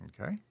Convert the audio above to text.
Okay